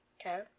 Okay